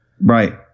Right